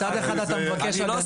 מצד אחד אתה מבקש הגנה.